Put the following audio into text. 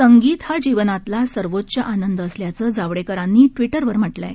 संगीत हा जीवनातला सर्वोच्च आनंद असल्याचं जावडेकरांनी ट्विटरवर म्हटलं आहे